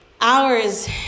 hours